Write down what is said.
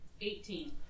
Eighteen